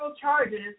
charges